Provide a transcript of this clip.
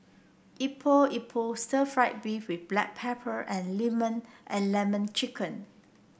Epok Epok stir fry beef with Black Pepper and lemon and lemon chicken